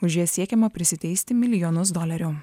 už ją siekiama prisiteisti milijonus dolerių